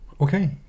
Okay